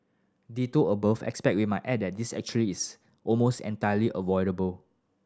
ditto above except we might add that this actually is almost entirely avoidable